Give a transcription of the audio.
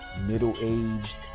middle-aged